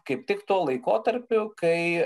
kaip tik tuo laikotarpiu kai